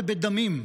בדם ובדמים,